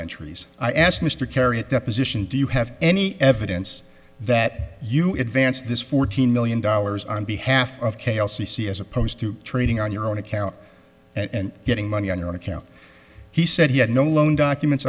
entries i asked mr carey at deposition do you have any evidence that you advanced this fourteen million dollars on behalf of k l c c as opposed to trading on your own account and getting money on your own account he said he had no loan documents